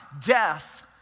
death